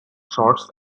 shorts